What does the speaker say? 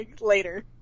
later